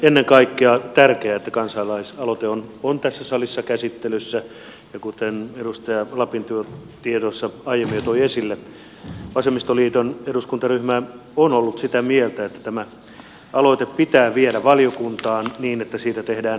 ennen kaikkea on tärkeää että kansalaisaloite on tässä salissa käsittelyssä ja kuten edustaja lapintie tuossa aiemmin toi esille vasemmistoliiton eduskuntaryhmä on ollut sitä mieltä että tämä aloite pitää viedä valiokuntaan niin että siitä tehdään mietintö